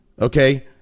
okay